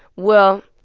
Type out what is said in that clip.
well,